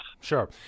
Sure